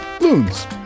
Loons